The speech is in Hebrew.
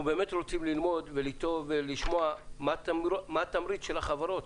אנחנו באמת רוצים לשמוע וללמוד מה התמריץ של החברות.